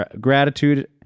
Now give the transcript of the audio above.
gratitude